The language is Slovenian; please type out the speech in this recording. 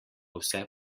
vse